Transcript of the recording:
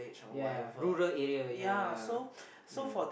yea rural area yea yea